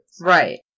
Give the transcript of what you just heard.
Right